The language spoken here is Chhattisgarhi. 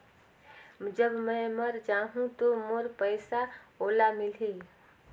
जब मै मर जाहूं तो मोर पइसा ओला मिली?